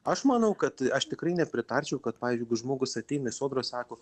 aš manau kad aš tikrai nepritarčiau kad pavyzdžiui jeigu žmogus ateina į sodrą sako